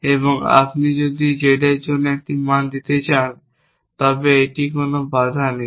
এবং আপনি যদি Z এর জন্য একটি মান দিতে চান তবে এটি কোন বাধা নেই